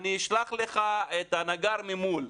אני אשלח לך את הנגר ממול,